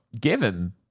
given